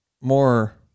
more